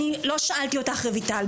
אני לא שאלתי אותך רויטל,